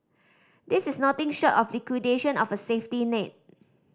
this is nothing short of liquidation of a safety net